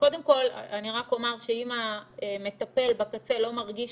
קודם כל אני רק אומר שאם המטפל בקצה לא מרגיש